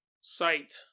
sight